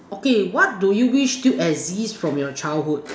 okay what do you wish still exist from your childhood